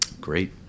Great